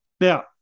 Now